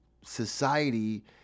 society